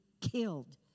killed